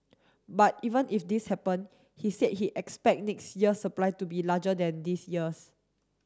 but even if this happen he said he expect next year's supply to be larger than this year's